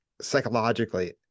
psychologically